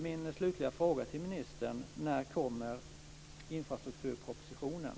Min slutliga fråga till ministern får bli: När kommer infrastrukturpropositionen?